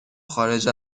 خارج